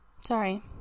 Sorry